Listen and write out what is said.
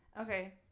Okay